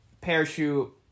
parachute